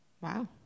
Wow